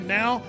now